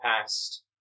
past